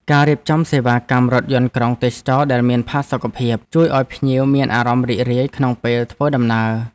ការរៀបចំសេវាកម្មរថយន្តក្រុងទេសចរណ៍ដែលមានផាសុកភាព ជួយឱ្យភ្ញៀវមានអារម្មណ៍រីករាយក្នុងពេលធ្វើដំណើរ។